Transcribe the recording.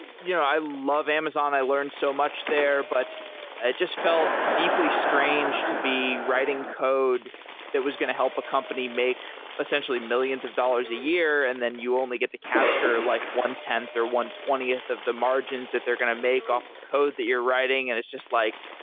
you know, i love amazon. i learned so much there, but it just felt deeply strange to be writing code that was going to help a company make essentially millions of dollars a year and then you only get to capture like one-tenth, or one-twentieth of the margins that they're going to make off of code that you're writing. and it's just like,